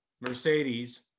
Mercedes